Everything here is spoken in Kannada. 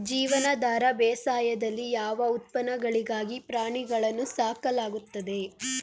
ಜೀವನಾಧಾರ ಬೇಸಾಯದಲ್ಲಿ ಯಾವ ಉತ್ಪನ್ನಗಳಿಗಾಗಿ ಪ್ರಾಣಿಗಳನ್ನು ಸಾಕಲಾಗುತ್ತದೆ?